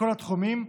מכל התחומים,